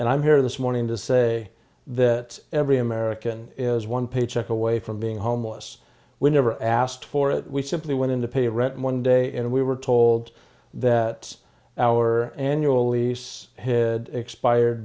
and i'm here this morning to say that every american is one paycheck away from being homeless we never asked for it we simply went in to pay a rent one day and we were told that our annual lease had expired